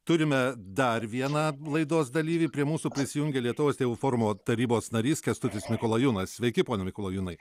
turime dar vieną laidos dalyvį prie mūsų prisijungė lietuvos tėvų forumo tarybos narys kęstutis mikolajūnas sveiki pone mikolajūnai